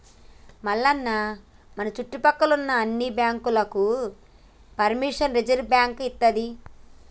మల్లన్న మన సుట్టుపక్కల ఉన్న అన్ని బాంకులకు పెర్మిషన్ రిజర్వ్ బాంకు ఇత్తది